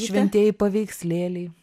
šventieji paveikslėliai